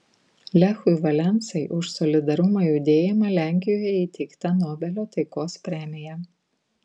lechui valensai už solidarumo judėjimą lenkijoje įteikta nobelio taikos premija